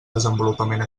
desenvolupament